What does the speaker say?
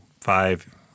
five